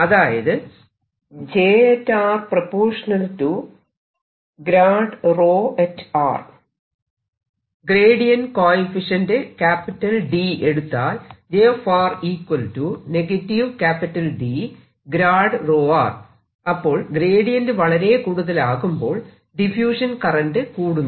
അതായത് gradient coefficient D എടുത്താൽ അപ്പോൾ ഗ്രേഡിയൻറ് വളരെ കൂടുതലാകുമ്പോൾ ഡിഫ്യൂഷൻ കറന്റ് കൂടുന്നു